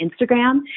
Instagram